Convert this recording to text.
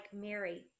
Mary